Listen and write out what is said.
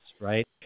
right